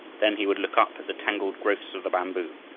then he would look up at the tangled growths of the bamboo,